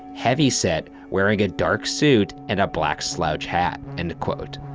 heavy-set, wearing a dark suit and a black slouch hat. end quote.